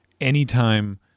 anytime